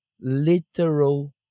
literal